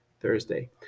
Thursday